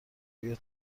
روی